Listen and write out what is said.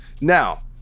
Now